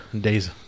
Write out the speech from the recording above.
Days